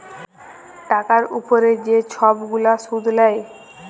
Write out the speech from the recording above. টাকার উপরে যে ছব গুলা সুদ লেয়